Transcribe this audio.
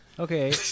Okay